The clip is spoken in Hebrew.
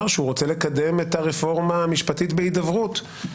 שהוא רוצה לקדם את הרפורמה המשפטית בהידברות,